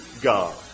God